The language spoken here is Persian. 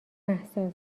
مهسا